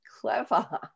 clever